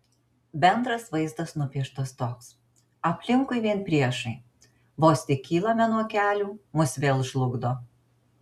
bendras vaizdas nupieštas toks aplinkui vien priešai vos tik kylame nuo kelių mus vėl žlugdo